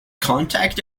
contact